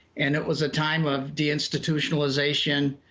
and it was a time of de-institutionalization